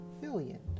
billion